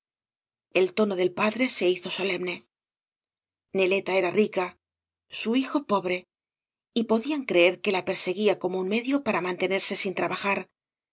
el tono del padre se hizo solemne neleta era rica bu hijo pobre y podían creer que la perseguía como un medio para maníenerge sin trabajar